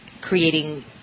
creating